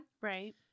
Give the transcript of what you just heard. Right